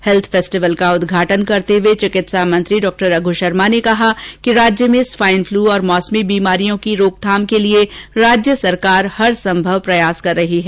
health festival का उद्घाटन करते हुए चिकित्सा मंत्री डॉ रघु शर्मा ने कहा कि राज्य में स्वाईनफ्लू और मौसमी बीमारियों की रोकथाम के लिए राज्य सरकार हरसंभव प्रयास कर रही है